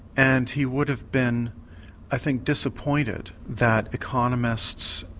and he would have been i think disappointed that economists,